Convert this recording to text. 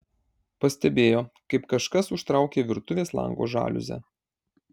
pastebėjo kaip kažkas užtraukė virtuvės lango žaliuzę